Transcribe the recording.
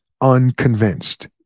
unconvinced